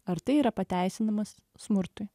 ar tai yra pateisinamas smurtui